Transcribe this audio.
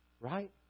right